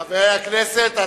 חבר הכנסת.